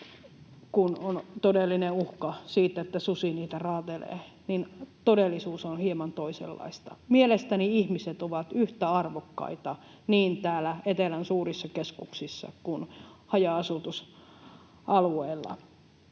kun on todellinen uhka siitä, että susi niitä raatelee, niin todellisuus on hieman toisenlaista. Mielestäni ihmiset ovat yhtä arvokkaita niin täällä etelän suurissa keskuksissa kuin haja-asutusalueella.